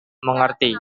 mengerti